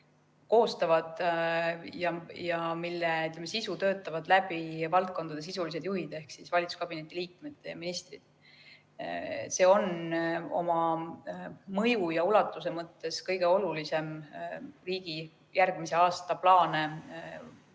koostavad ja mille sisu töötavad läbi valdkondade sisulised juhid ehk valitsuskabineti liikmed, ministrid. See on oma mõju ja ulatuse mõttes kõige olulisem riigi järgmise aasta plaane vormiv